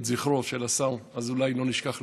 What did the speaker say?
את זכרו של השר אזולאי לא נשכח לעולם.